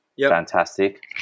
Fantastic